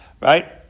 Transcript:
Right